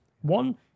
One